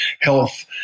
health